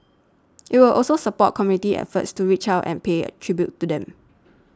it will also support community efforts to reach out and pay tribute to them